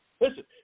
Listen